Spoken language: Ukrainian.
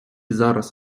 зараз